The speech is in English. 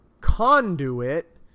conduit